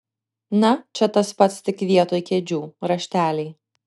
na čia tas pats tik vietoj kėdžių rašteliai